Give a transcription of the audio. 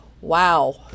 Wow